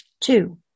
Two